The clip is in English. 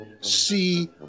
see